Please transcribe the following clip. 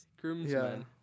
Groomsmen